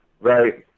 right